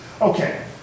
Okay